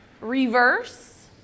reverse